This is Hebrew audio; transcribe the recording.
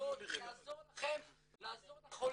עמותות לעזור לכם לעזור לחולים.